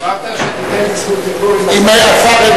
אמרת שתיתן לי זכות דיבור אם השר יסכים.